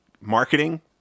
marketing